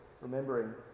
remembering